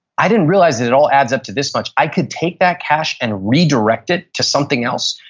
i didn't realize it it all adds up to this much. i could take that cash and redirect it to something else,